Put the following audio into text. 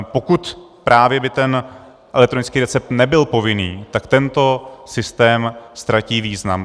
Pokud právě by ten elektronický recept nebyl povinný, tak tento systém ztratí význam.